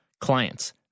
clients